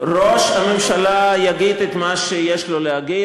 ראש הממשלה יגיד את מה שיש לו להגיד,